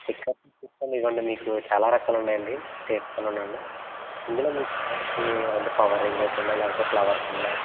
స్టిక్కర్లు తీసుకోండి ఇదిగోండి మీకు చాలా రకాలు ఉన్నాయండి తీస్తున్నాను అండి ఇందులో మీ పిల్లలకి అంటే పవర్ రేంజర్స్ ఉన్నాయి లేకపోతే ఫ్లవర్స్ ఉన్నాయి